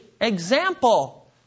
example